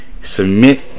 submit